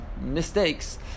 mistakes